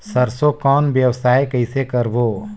सरसो कौन व्यवसाय कइसे करबो?